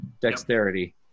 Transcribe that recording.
Dexterity